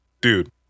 dude